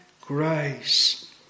grace